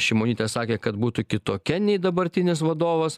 šimonytė sakė kad būtų kitokia nei dabartinis vadovas